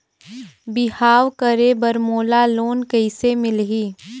बिहाव करे बर मोला लोन कइसे मिलही?